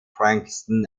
frankston